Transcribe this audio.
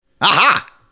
aha